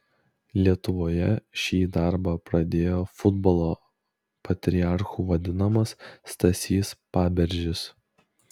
lietuvoje šį darbą pradėjo futbolo patriarchu vadinamas stasys paberžis